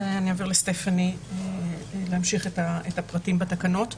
אני אעביר לסטאפני להמשיך את הפרטים בתקנות.